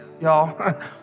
y'all